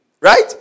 Right